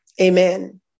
Amen